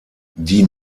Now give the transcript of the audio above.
die